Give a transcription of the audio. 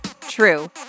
true